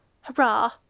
Hurrah